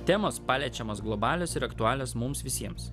temos paliečiamos globalios ir aktualios mums visiems